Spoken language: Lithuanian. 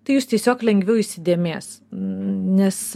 tai jus tiesiog lengviau įsidėmės nes